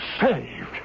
Saved